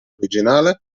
originale